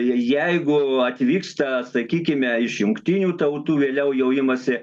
jeigu atvyksta sakykime iš jungtinių tautų vėliau jau imasi